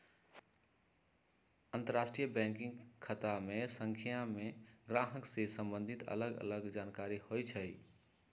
अंतरराष्ट्रीय बैंक खता संख्या में गाहक से सम्बंधित अलग अलग जानकारि होइ छइ